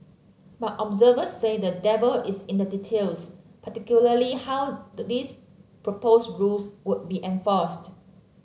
but observers say the devil is in the details particularly how the these proposed rules would be enforced